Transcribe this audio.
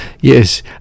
Yes